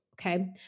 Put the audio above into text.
Okay